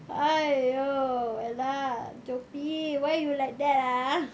!aiyo! !alah! ella jopie why you like that ah